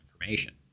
information